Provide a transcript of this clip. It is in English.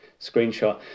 screenshot